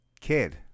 kid